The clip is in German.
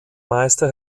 meister